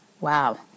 Wow